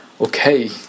Okay